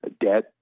debt